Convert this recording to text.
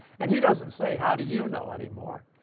and he doesn't say, how do you know? anymore.